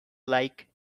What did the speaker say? like